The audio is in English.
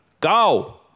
Go